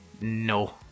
no